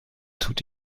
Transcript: tut